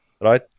right